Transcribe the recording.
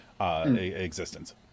existence